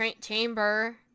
chamber